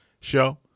show